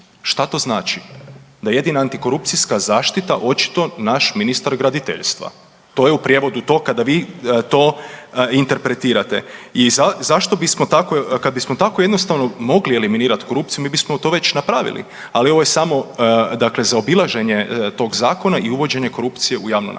Šta to znači? Da je jedina antikorupcijska zaštita očito naš ministar graditeljstva. To je u prijevodu to kada vi to interpretirate. I zašto bismo tako, kad bismo tako jednostavno mogli eliminirati korupciju mi bismo to već napravili, ali ovo je samo zaobilaženje tog zakona i uvođenje korupcije u javnu nabavu.